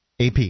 AP